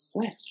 flesh